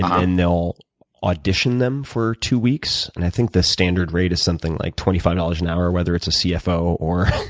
um and they'll audition them for two weeks. and i think the standard rate is something like twenty five dollars an hour whether it's a cfo or